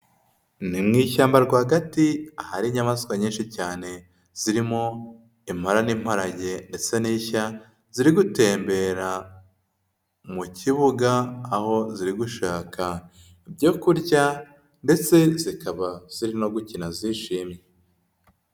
Ni mu ishyamba rwagati ahari inyamaswa nyinshi cyane zirimo impara n'imparage ndetse n'ishya ziri gutembera mu kibuga aho ziri gushaka ibyo kurya ndetse zikaba ziri no gukina zishimye.